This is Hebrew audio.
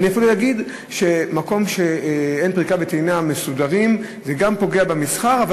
אני אפילו אגיד שבמקום שאין פריקה וטעינה מסודרות זה גם פוגע במסחר,